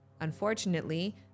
Unfortunately